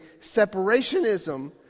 separationism